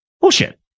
Bullshit